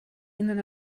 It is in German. ihnen